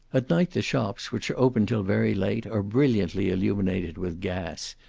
at night the shops, which are open till very late, are brilliantly illuminated with gas,